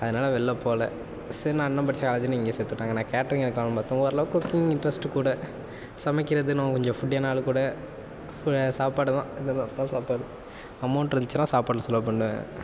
அதனால வெளில போகல சரின்னு அண்ணன் படித்த காலேஜ்னு இங்கேயே சேர்த்து விட்டாங்கள் நான் கேட்ரிங் எடுக்கலாம்னு பார்த்தேன் ஓரளவுக்கு குக்கிங் இன்ட்ரெஸ்ட்டு கூட சமைக்கிறது கொஞ்சம் ஃபுட்டியான ஆள் கூட சாப்பாடு தான் சாப்பாடு அமௌண்ட் இருந்துச்சுனால் சாப்பாட்டில் செலவு பண்ணேன்